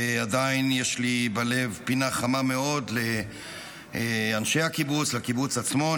ועדיין יש לי בלב פינה חמה מאוד לאנשי הקיבוץ ולקיבוץ עצמו.